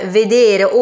vedere